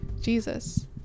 Jesus